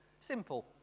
Simple